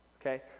Okay